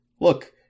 look